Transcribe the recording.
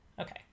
okay